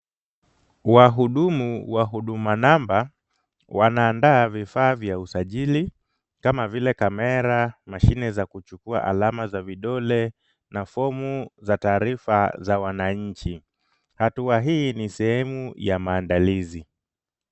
Wahudumu wa huduma number wanaandaa vifaa vya usajili kama vile kamera, mashine za kuchukua alama za vidole na fomu za taarifa za wananchi. Hatua hii ni sehemu ya maandalizi.